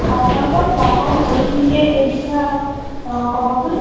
আপোনালোকৰ ষ্টাফৰ সকলোখিনিকে এই বিষয়ে অলপ ক'বচোন